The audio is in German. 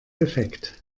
defekt